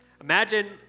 Imagine